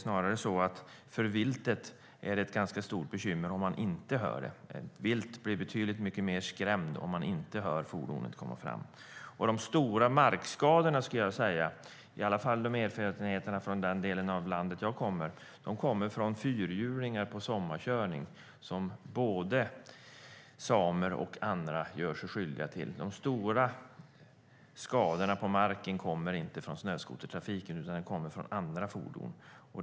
Snarare är det ett bekymmer för viltet om snöskotern inte hörs. Viltet blir betydligt mer skrämt om fordonet inte hörs. Erfarenheterna från den del av landet jag själv kommer från är också att de stora markskadorna kommer från fyrhjulingar på sommarkörning, vilket både samer och andra gör sig skyldiga till. De stora skadorna på marken kommer inte från snöskotertrafiken utan från andra fordon.